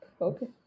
Okay